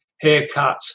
haircut